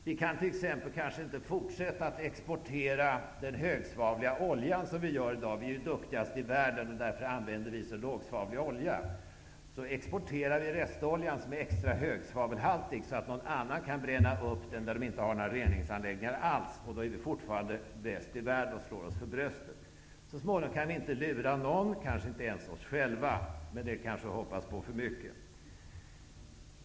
Vi kan t.ex. inte fortsätta att exportera den högsvavliga oljan, som vi gör i dag. Vi är ju duktigast i världen, och därför använder vi lågsvavlig olja. Vi exporterar restoljan, som har extra hög svavelhalt, så att någon annan, som inte har några reningsanläggningar, kan bränna upp den. Ändå slår vi oss för bröstet därför att vi är bäst i världen. Så småningom kan vi inte lura någon, kanske inte ens oss själva -- men det är väl att hoppas för mycket.